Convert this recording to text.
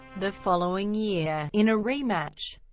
the following year, in a rematch,